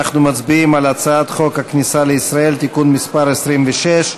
אנחנו מצביעים על הצעת חוק הכניסה לישראל (תיקון מס' 26),